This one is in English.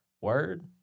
word